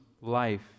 life